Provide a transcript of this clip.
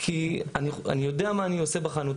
כי אני יודע מה אני עושה בחנות.